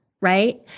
right